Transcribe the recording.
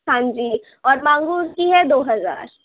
ہاں جی اور منگور کی ہے دو ہزار